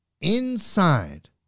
inside